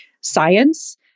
science